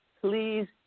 Please